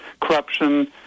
corruption